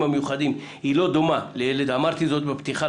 המיוחדים היא לא דומה אמרתי זאת בפתיחה,